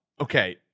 okay